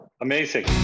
amazing